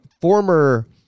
former